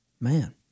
Man